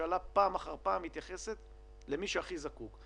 והממשלה מתייחסות פעם אחר פעם למי שהכי זקוק.